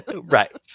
Right